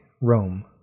Rome